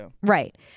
Right